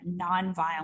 nonviolent